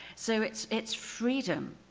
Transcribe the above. so it's it's freedom